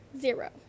zero